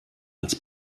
als